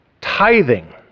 tithing